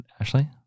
Ashley